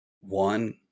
one